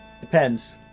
Depends